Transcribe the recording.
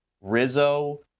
Rizzo